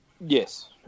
Yes